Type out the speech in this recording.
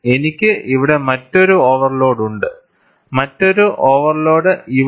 എനിക്ക് ഇവിടെ മറ്റൊരു ഓവർലോഡ് ഉണ്ട് മറ്റൊരു ഓവർലോഡ് ഇവിടെ